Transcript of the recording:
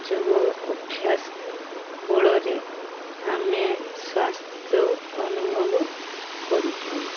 ଯୋଗ ଅଭ୍ୟାସ ବଳରେ ଆମେ ସ୍ୱାସ୍ଥ୍ୟ ଅନୁଭବ କରିଥାଉ